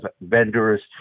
vendors